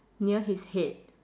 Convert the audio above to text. near his head